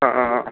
ആ ആ ആ ആ